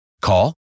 Call